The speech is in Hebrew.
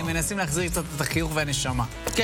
הינני מתכבדת